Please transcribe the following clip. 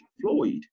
Floyd